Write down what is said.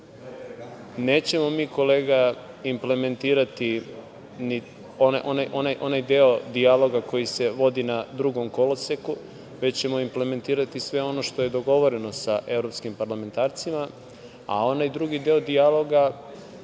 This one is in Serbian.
nećemo mi, kolega, implementirati onaj deo dijaloga koji se vodi na drugom koloseku, već ćemo implementirati sve ono što je dogovoreno sa evropskim parlamentarcima, a onaj drugi deo dijaloga